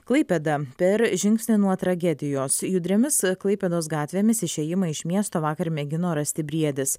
klaipėda per žingsnį nuo tragedijos judriomis klaipėdos gatvėmis išėjimą iš miesto vakar mėgino rasti briedis